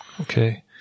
Okay